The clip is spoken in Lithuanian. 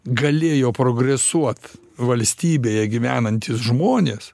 galėjo progresuot valstybėje gyvenantys žmonės